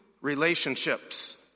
relationships